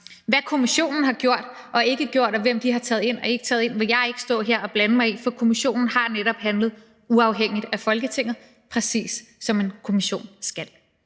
Hvad kommissionen har gjort og ikke gjort, og hvem de har taget ind og ikke taget ind, vil jeg ikke stå her og blande mig i. For kommissionen har netop handlet uafhængigt af Folketinget, præcis som en kommission skal.